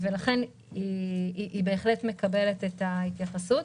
לכן היא בהחלט מקבלת התייחסות.